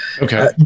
Okay